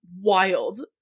wild